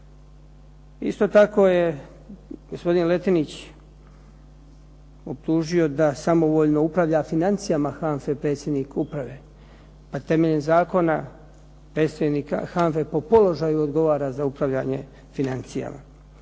Isto tako je gospodin Letinić optužio da samovoljno upravlja financijama HANFA-e predsjednik uprave, a temeljem Zakona predstojnika HANFA-e po položaju odgovara za upravljanje financijama.